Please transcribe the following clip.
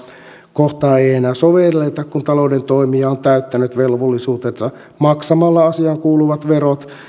kohtaa ei ei enää sovelleta kun talouden toimija on täyttänyt velvollisuutensa maksamalla asiaankuuluvat verot